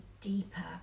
deeper